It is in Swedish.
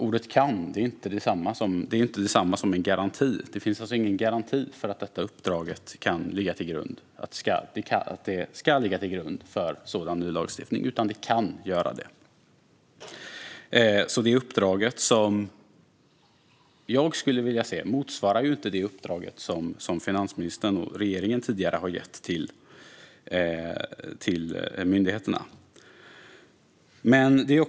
Ordet "kan" ger ingen garanti. Det finns alltså ingen garanti för att detta uppdrag ska ligga till grund för en ny lagstiftning, utan det kan göra det. Det uppdrag som jag skulle vilja se motsvarar alltså inte det uppdrag som finansministern och regeringen tidigare har gett till myndigheterna.